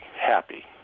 happy